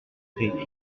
réécrit